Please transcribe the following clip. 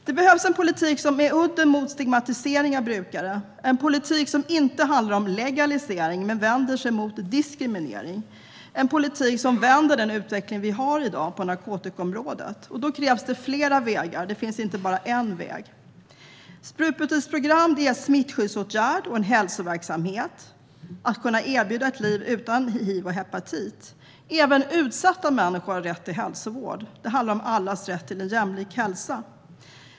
Det behövs en politik med udden mot stigmatisering av brukare, en politik som inte handlar om legalisering men vänder sig mot diskriminering och som vänder den utveckling vi i dag har på narkotikaområdet. Då krävs det flera vägar; det finns inte bara en väg. Sprututbytesprogram är en smittskyddsåtgärd och en hälsoverksamhet - att erbjuda ett liv utan hiv och hepatit. Även utsatta människor har rätt till hälsovård. Det handlar om allas rätt till en jämlik hälsa.